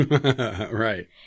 Right